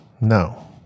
no